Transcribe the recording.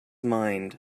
mind